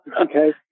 okay